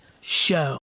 Show